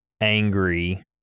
angry